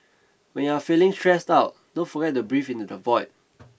when you are feeling stressed out don't forget to breathe into the void